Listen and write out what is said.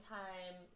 time